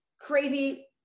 crazy